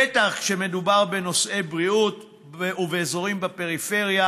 בטח כשמדובר בנושאי בריאות ובאזורים בפריפריה